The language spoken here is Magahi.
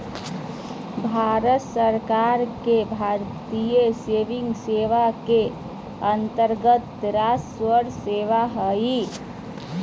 भारत सरकार के भारतीय सिविल सेवा के अन्तर्गत्त राजस्व सेवा हइ